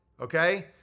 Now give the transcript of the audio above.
Okay